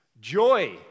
joy